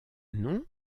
nom